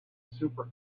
super